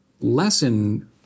lesson